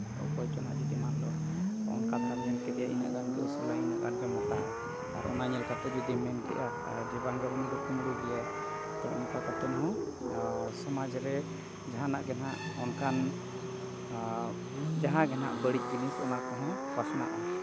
ᱚᱠᱚᱭ ᱪᱚ ᱱᱟᱦᱟᱜ ᱡᱩᱫᱤ ᱢᱟᱱᱞᱚ ᱚᱱᱠᱟ ᱫᱷᱟᱨᱟᱢ ᱧᱮ ᱠᱮᱫᱮᱭᱟ ᱤᱱᱟᱹᱜ ᱜᱟᱱ ᱜᱮ ᱩᱥᱩᱞᱟᱭ ᱤᱱᱟᱹᱜ ᱜᱟᱱ ᱜᱮ ᱢᱳᱴᱟᱣᱟᱭ ᱟᱨ ᱚᱱᱟ ᱧᱮᱞ ᱠᱟᱛᱮᱫ ᱡᱩᱫᱤᱢ ᱢᱮᱱ ᱠᱮᱫᱼᱟ ᱟᱨ ᱡᱮ ᱵᱟᱝ ᱜᱮ ᱩᱱᱤ ᱫᱚ ᱠᱩᱢᱵᱲᱩ ᱜᱮᱭᱟᱭ ᱛᱚ ᱚᱱᱠᱟ ᱠᱟᱛᱮᱫ ᱦᱚᱸ ᱥᱚᱢᱟᱡᱽ ᱨᱮ ᱡᱟᱦᱟᱱᱟᱜ ᱜᱮ ᱱᱟᱦᱟᱜ ᱚᱱᱠᱟᱱ ᱡᱟᱦᱟᱸ ᱜᱮ ᱱᱟᱦᱟᱜ ᱵᱟᱹᱲᱤᱡ ᱡᱤᱱᱤᱥ ᱚᱱᱟ ᱠᱚᱦᱚᱸ ᱯᱟᱥᱱᱟᱜᱼᱟ